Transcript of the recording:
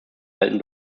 alten